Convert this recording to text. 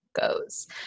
goes